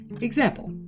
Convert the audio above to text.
Example